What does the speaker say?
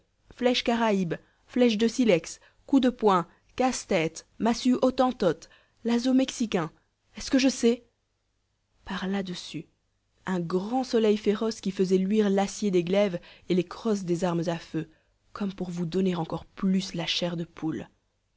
flèches caraïbes flèches de silex coups de poing casse-tête massues hottentotes lazos mexicains est-ce que je sais par là-dessus un grand soleil féroce qui faisait luire l'acier des glaives et les crosses des armes à feu comme pour vous donner encore plus la chair de poule